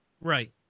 Right